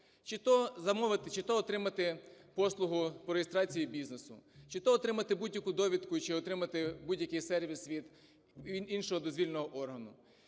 чи-то отримати послугу по реєстрації бізнесу, чи-то отримати будь-яку довідку, чи отримати будь-який сервіс від іншого дозвільного органу,